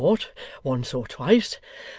once or twice,